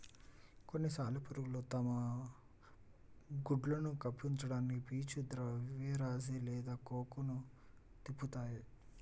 కొన్ని సాలెపురుగులు తమ గుడ్లను కప్పి ఉంచడానికి పీచు ద్రవ్యరాశి లేదా కోకన్ను తిప్పుతాయి